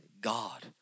God